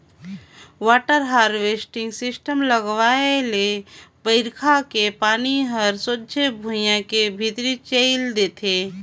water harvesting system लगवाए ले बइरखा के पानी हर सोझ भुइयां के भीतरी मे चइल देथे